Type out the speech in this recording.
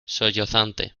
sollozante